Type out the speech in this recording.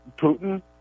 Putin